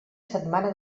setmana